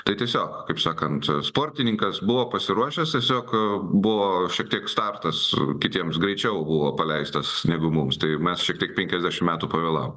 tai tiesiog kaip sakant sportininkas buvo pasiruošęs tiesiog buvo šiek tiek startas kitiems greičiau buvo paleistas negu mums tai mes šiek tiek penlkiasdešimt metų pavėlavome